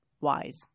wise